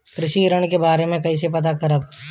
कृषि ऋण के बारे मे कइसे पता करब?